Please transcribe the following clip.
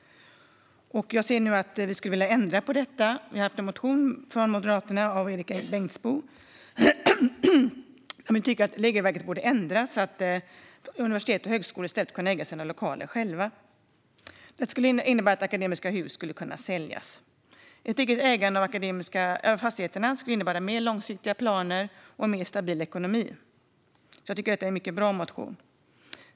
Vi skulle nu vilja ändra på detta, och Moderaterna har en motion av Erik Bengtzboe. Vi tycker att regelverket bör ändras så att universitet och högskolor kan äga sina lokaler själva. Detta skulle innebära att Akademiska Hus skulle kunna säljas. Ett eget ägande av fastigheterna skulle innebära mer långsiktiga planer och en mer stabil ekonomi. Jag tycker därför att det är en mycket bra motion.